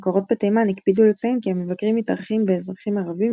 מקורות בתימן הקפידו לציין כי המבקרים מתארחים באזרחים ערבים,